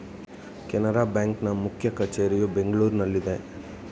Canara bank ನ ಮುಖ್ಯ ಕಚೇರಿ ಬೆಂಗಳೂರಿನಲ್ಲಿದೆ